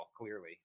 Clearly